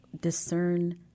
discern